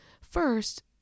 first